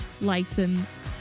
license